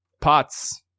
pots